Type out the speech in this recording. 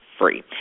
free